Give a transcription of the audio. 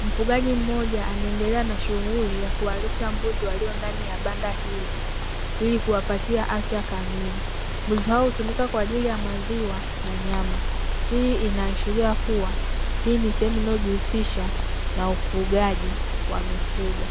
Mfugaji mmoja anaendelea na shughuli yakuwalisha mbuzi waliomo ndani ya banda hilo ilikuwapatia afya kamili. Mbuzi hao hutumika kwaajili ya maziwa na nyama, hii inaashiria kuwa hii ni sehemu inayojihusisha na ufugaji wa mifugo.